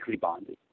bonded